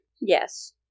Yes